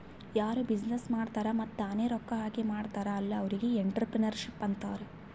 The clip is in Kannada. ಯಾರು ಬಿಸಿನ್ನೆಸ್ ಮಾಡ್ತಾರ್ ಮತ್ತ ತಾನೇ ರೊಕ್ಕಾ ಹಾಕಿ ಮಾಡ್ತಾರ್ ಅಲ್ಲಾ ಅವ್ರಿಗ್ ಎಂಟ್ರರ್ಪ್ರಿನರ್ಶಿಪ್ ಅಂತಾರ್